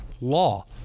law